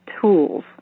tools